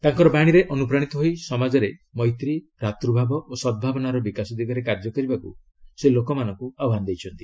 ତାଙ୍କର ବାଣୀରେ ଅନୁପ୍ରାଣୀତ ହୋଇ ସମାଜରେ ମୈତ୍ରୀ ଭ୍ରାତୂଭାବ ଓ ସଦ୍ଭାବନାର ବିକାଶ ଦିଗରେ କାର୍ଯ୍ୟ କରିବାକୁ ସେ ଲୋକମାନଙ୍କୁ ଆହ୍ପାନ ଦେଇଛନ୍ତି